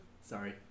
Sorry